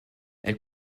elle